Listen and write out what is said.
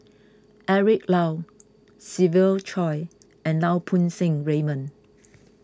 Eric Low Siva Choy and Lau Poo Seng Raymond